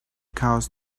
caused